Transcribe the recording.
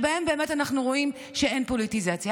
שבהם באמת אנחנו רואים שאין פוליטיזציה.